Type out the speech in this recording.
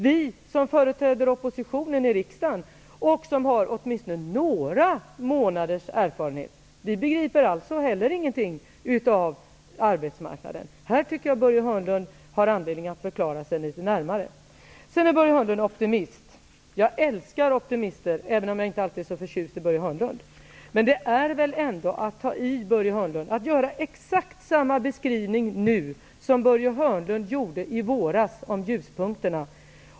Vi som företräder oppositionen i riksdagen och som har åtminstone några månaders erfarenhet begriper alltså inte heller någonting av arbetsmarknaden. Här har Börje Hörnlund anledning att förklara sig litet närmare. Börje Hörnlund är optimist. Jag älskar optimister, även om jag inte alltid är så förtjust i Börje Hörnlund. Men det är väl ändå att ta i, att nu göra exakt samma beskrivning av ljuspunkterna som han gjorde i våras.